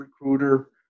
recruiter